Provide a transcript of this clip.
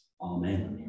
amen